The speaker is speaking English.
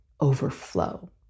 overflow